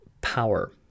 power